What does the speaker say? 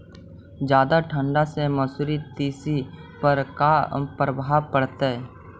जादा ठंडा से मसुरी, तिसी पर का परभाव पड़तै?